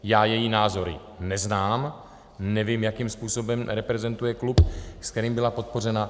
Já její názory neznám, nevím, jakým způsobem reprezentuje klub, kterým byla podpořena.